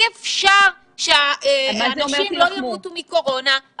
אי-אפשר שאנשים לא ימותו מקורונה -- מה זה אומר "תילחמו"?